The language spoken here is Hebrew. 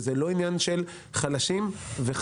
ואין כאן עניין של חלשים וחזקים,